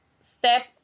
step